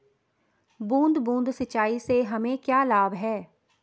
बूंद बूंद सिंचाई से हमें क्या लाभ है?